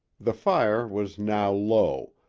the fire was now low,